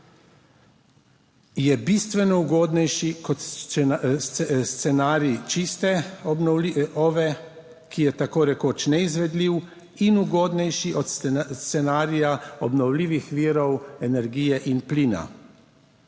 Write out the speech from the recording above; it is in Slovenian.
je bistveno ugodnejši kot scenarij čiste OVE, ki je tako rekoč neizvedljiv, in ugodnejši od scenarija obnovljivih virov energije in plina.